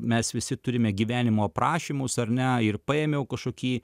mes visi turime gyvenimo aprašymus ar ne ir paėmiau kažkokį